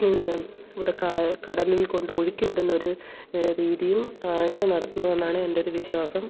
പിന്നെ ഇവിടെ കായ കടലിൽ കൊണ്ട് ഒഴുക്കി വിടുന്നൊരു രീതിയും ആണ് നടത്തുന്നുവെന്നാണ് എൻ്റെ ഒരു വിശ്വാസം